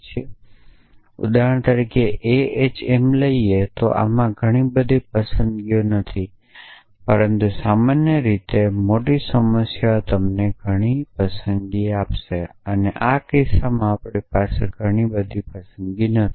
તેથી ઉદાહરણ તરીકે a h m લઈએ જોકે આમાં ઘણી બધી પસંદગીઓ નથી પરંતુ સામાન્ય રીતે મોટા દાખલમાં તમને ઘણી પસંદગીઓ મળશે પરંતુ આ કિસ્સામાં આપણી પાસે ઘણી બધી પસંદગી નથી